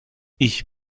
ich